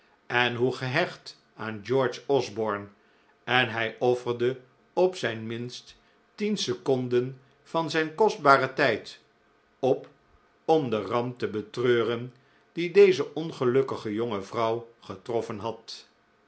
en hoe gehecht aan george osborne en hij offerde op zijn minst tien seconden van zijn kostbaren tijd op om de ramp te betreuren die deze ongelukkige jonge vrouw getroffen had